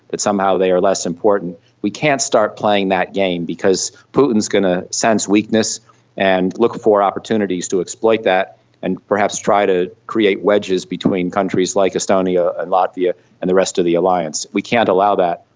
that somehow they are less important. we can't start playing that game because putin is going to sense weakness and look for opportunities to exploit that and perhaps try to create wedges between countries like estonia and latvia and the rest of the alliance. we can't allow that.